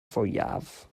fwyaf